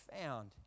found